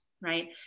right